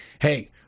hey